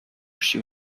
się